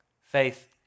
Faith